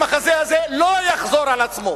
המחזה הזה לא יחזור על עצמו,